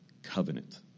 covenant